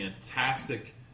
fantastic